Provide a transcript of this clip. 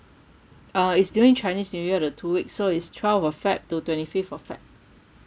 uh it's during chinese new year the two weeks so it's twelve of feb to twenty fifth of feb